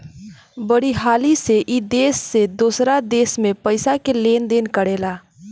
बड़ी हाली से ई देश से दोसरा देश मे पइसा के लेन देन करेला